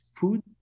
food